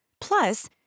Plus